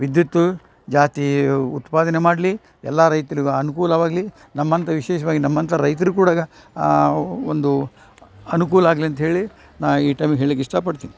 ವಿದ್ಯುತ್ತು ಜಾಸ್ತಿ ಉತ್ಪಾದನೆ ಮಾಡಲಿ ಎಲ್ಲಾ ರೈತ್ರಿಗು ಅನ್ಕೂಲವಾಗಲಿ ನಮ್ಮಂಥಾ ವಿಶೇಷವಾಗಿ ನಮ್ಮಂತ ರೈತರು ಕೂಡಗ ಒಂದು ಅನುಕೂಲ ಆಗಲಿ ಅಂತ್ಹೇಳಿ ನಾ ಈ ಟೈಮ್ ಹೇಳ್ಲಿಕ್ಕೆ ಇಷ್ಟಪಡ್ತೀನಿ